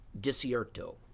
Desierto